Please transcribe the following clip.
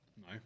No